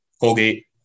Colgate